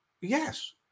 Yes